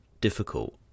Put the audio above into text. difficult